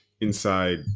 inside